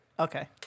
Okay